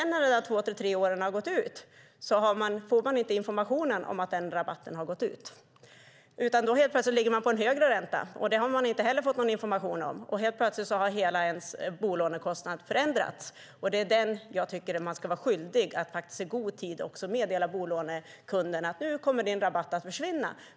När denna tid har gått får man ingen information om att rabatten har gått ut. Då ligger man helt plötsligt på en högre ränta utan att ha fått information om det. Helt plötsligt har då hela ens bolånekostnad förändrats. Jag tycker att banken ska vara skyldig att också meddela bolånekunderna att rabatten kommer att försvinna.